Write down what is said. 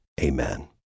Amen